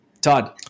Todd